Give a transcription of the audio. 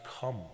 come